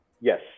yes